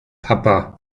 papa